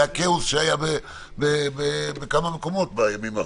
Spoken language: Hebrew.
זה הכאוס שהיה בכמה מקומות בימים האחרונים.